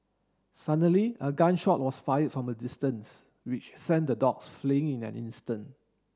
suddenly a gun shot was fired from a distance which sent the dogs fleeing in an instant